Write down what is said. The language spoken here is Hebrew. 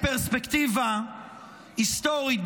בפרספקטיבה היסטורית,